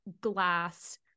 glass